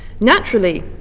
naturally,